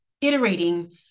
iterating